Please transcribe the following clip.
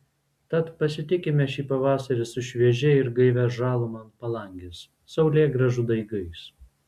tad pasitikime šį pavasarį su šviežia ir gaivia žaluma ant palangės saulėgrąžų daigais